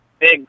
big